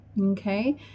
okay